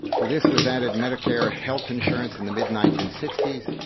to this was added medicare, health insurance in the mid nineteen sixty s